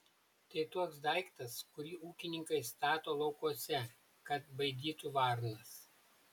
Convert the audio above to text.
tai toks daiktas kurį ūkininkai stato laukuose kad baidytų varnas